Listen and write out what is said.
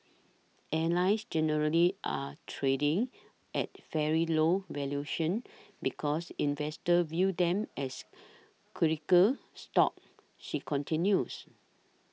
airlines generally are trading at fairly low valuations because investors view them as cyclical stocks she continues